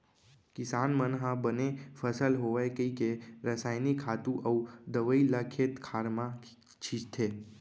किसान मन ह बने फसल होवय कइके रसायनिक खातू अउ दवइ ल खेत खार म छींचथे